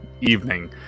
evening